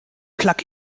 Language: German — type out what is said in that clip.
plug